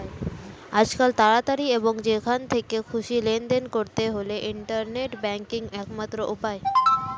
আজকাল তাড়াতাড়ি এবং যেখান থেকে খুশি লেনদেন করতে হলে ইন্টারনেট ব্যাংকিংই একমাত্র উপায়